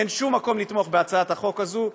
אין שום מקום לתמוך בהצעת החוק הזאת.